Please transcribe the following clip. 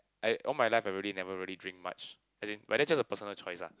I all my life I already never really drink much as in but that's just a personal choice ah